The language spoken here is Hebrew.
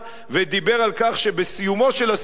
והוא דיבר על כך שבסיומו של הסכסוך